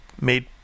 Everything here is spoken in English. made